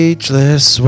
Ageless